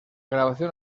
grabación